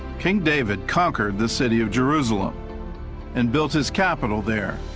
king david conquered the city of jerusalem and built his capital there.